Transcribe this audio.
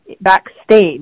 backstage